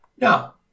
Now